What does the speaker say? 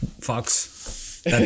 Fox